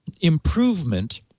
improvement